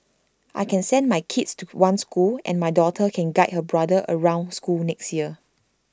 I can send my kids to one school and my daughter can guide her brother around school next year